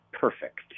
Perfect